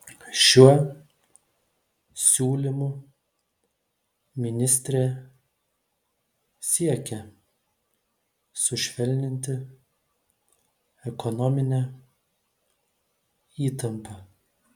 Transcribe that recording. šiuo siūlymu ministrė siekia sušvelninti ekonominę įtampą